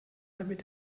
damit